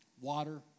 water